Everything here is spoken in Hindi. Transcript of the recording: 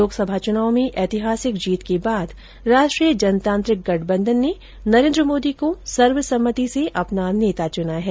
लोकसभा चुनाव में एतिहासिक जीत के बाद राष्ट्रीय जनतांत्रिक गठबंधन ने नरेन्द्र मोदी को सर्वसम्मति से अपना नेता चुना है